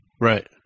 Right